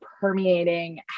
permeating